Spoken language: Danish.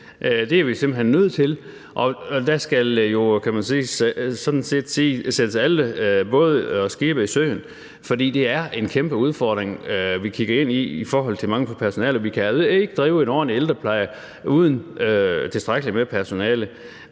Det er vi simpelt hen nødt til, og alle skibe, kan man sådan set sige, skal jo sættes i søen, for det er en kæmpe udfordring, vi kigger ind i i forhold til mangel på personale. Vi kan altså ikke drive en ordentlig ældrepleje uden tilstrækkeligt med personale.